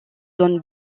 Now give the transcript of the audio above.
zone